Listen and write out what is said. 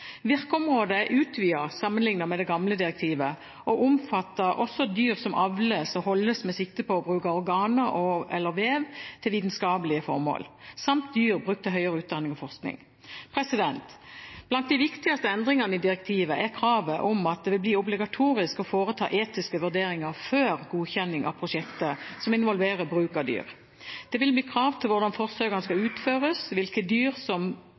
Virkeområdet er utvidet sammenliknet med det gamle direktivet og omfatter også dyr som avles og holdes med sikte på å bruke deres organer eller vev til vitenskapelige formål samt dyr brukt til høyere utdanning og forskning. Blant de viktigste endringene i direktivet er kravet om at det vil bli obligatorisk å foreta etiske vurderinger før godkjenning av prosjekter som involverer bruk av dyr. Det vil bli krav til hvordan forsøkene skal utføres, hvilke dyr som